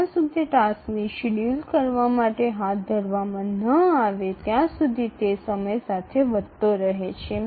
সময় নির্ধারণের জন্য কাজটি গ্রহণ না করা পর্যন্ত এটি সময়ের সাথে বাড়তে থাকে